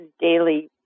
daily